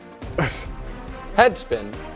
Headspin